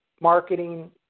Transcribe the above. marketing